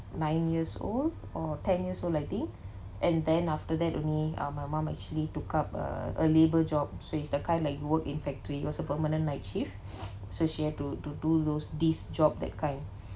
nine years old or ten years old I think and then after that only ah my mom actually took up uh a labour job so it's the kind like work in factory was a permanent night shift so she had to to do those this job that kind